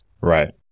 Right